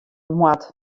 moat